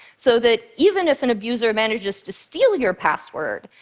so that even if an abuser manages to steal your password,